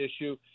issue